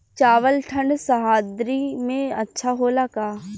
चावल ठंढ सह्याद्री में अच्छा होला का?